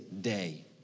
day